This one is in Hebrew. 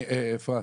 אפרת,